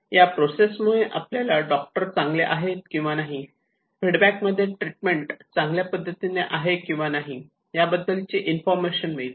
या प्रोसेस मुळे आपल्याला डॉक्टर चांगले आहेत किंवा नाही हॉस्पिटलमध्ये ट्रीटमेंट चांगल्या पद्धतीने आहे किंवा नाही याबद्दल इन्फॉर्मेशन मिळते